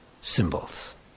symbols